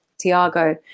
Tiago